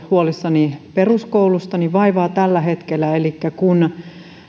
huolissani peruskoulusta vaivaa tällä hetkellä elikkä sen että